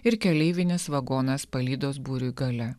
ir keleivinis vagonas palydos būriui gale